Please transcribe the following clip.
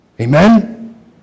Amen